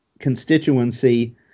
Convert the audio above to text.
constituency